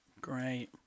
Great